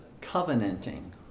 covenanting